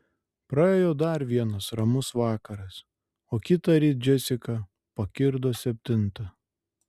praėjo dar vienas ramus vakaras o kitąryt džesika pakirdo septintą